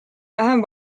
vähem